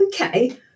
Okay